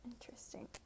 Interesting